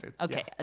Okay